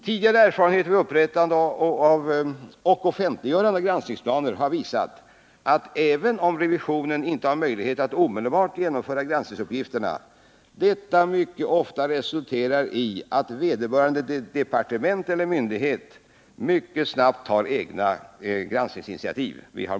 Tidigare erfarenheter vid upprättande och offentliggörande av granskningsplaner har visat, att även om revisionen inte har möjligheter att omedelbart genomföra vissa granskningsuppgifter, dessa mycket ofta resulterar i att vederbörande departement eller myndighet mycket snabbt tar egna granskningsinitiativ.